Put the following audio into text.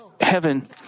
heaven